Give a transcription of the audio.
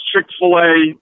Chick-fil-A